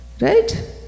right